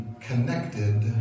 connected